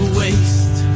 waste